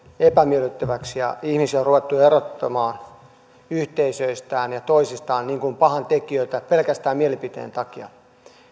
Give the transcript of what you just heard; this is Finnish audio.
epämiellyttäväksi ja ihmisiä on ruvettu erottamaan yhteisöistään ja toisistaan niin kuin pahantekijöitä pelkästään mielipiteen takia